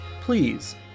please